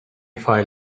five